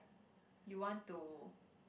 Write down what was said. you want to